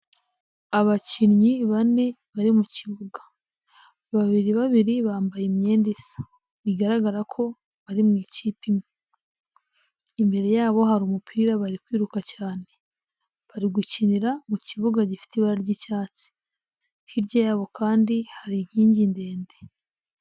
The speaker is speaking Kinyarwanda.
Abakinnyi bane bari mu kibuga, babiri babiri bambaye imyenda isa bigaragara ko bari mu ikipe imwe, imbere yabo hari umupira bari kwiruka cyane, bari gukinira mu kibuga gifite ibara ry'icyatsi, hirya yabo kandi hari inkingi ndende.